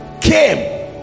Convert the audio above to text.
came